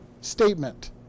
statement